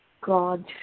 God